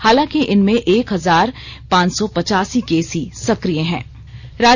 हालांकि इनमें एक हजार पांच सौ पचासी केस ही सक्रिय हें